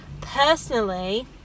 personally